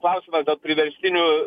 klausimas dėl priverstinių